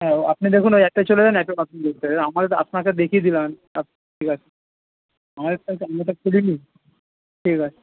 হ্যাঁ ও আপনি দেখুন ওই অ্যাপে চলে যান অ্যাপে কমপ্লেন করতে পারবেন এবারে আমাদের আপনাকে দেখিয়ে দিলাম আপ ঠিক আছে আমাদের তো আমরা তো খুলি নি ঠিক আছে